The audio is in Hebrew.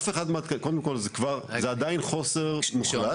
קודם כל, זה עדיין חוסר מוחלט.